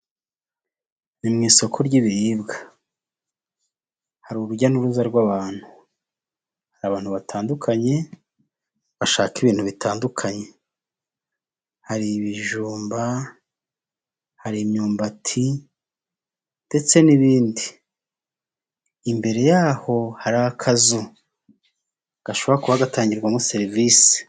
Isoko ry'imboga ririmo abantu bagiye batandukanye hari umucuruzi ari gutonora ibishyimbo hari ibitunguru, harimo amashaza, inyanya ndetse harimo n'abandi benshi.